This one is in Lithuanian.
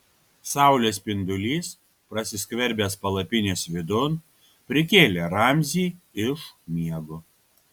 saulės spindulys prasiskverbęs palapinės vidun prikėlė ramzį iš miego